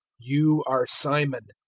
you are simon,